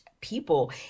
people